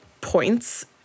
points